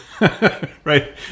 Right